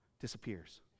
disappears